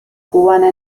cubana